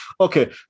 Okay